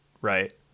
right